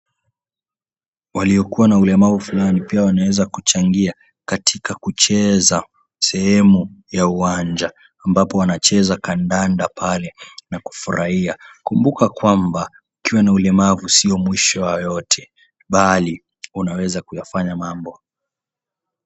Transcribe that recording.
Waliokuwa na ulemavu fulani pia wanaweza kuchangia katika kucheza, sehemu ya uwanja, ambapo wanacheza kandanda pale na kufurahia. Kumbuka kwamba, ukiwa na ulemavu sio mwisho wa yote, bali unaweza kuyafanya mambo.